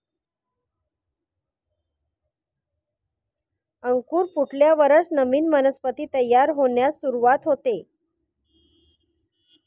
अंकुर फुटल्यावरच नवीन वनस्पती तयार होण्यास सुरूवात होते